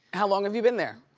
how long have you been there?